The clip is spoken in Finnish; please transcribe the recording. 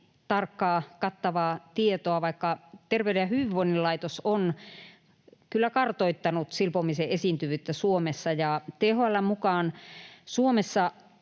tarkkaa, kattavaa tietoa, vaikka Terveyden ja hyvinvoinnin laitos on kyllä kartoittanut silpomisen esiintyvyyttä Suomessa. THL:n mukaan Suomessa